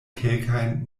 kelkajn